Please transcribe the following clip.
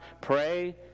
Pray